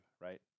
right